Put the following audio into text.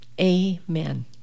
Amen